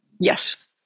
Yes